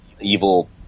evil